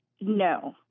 No